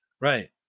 right